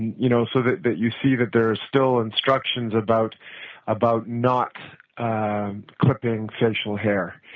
you know, so that that you see that there are still instructions about about not clipping facial hair.